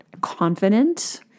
confident